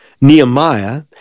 Nehemiah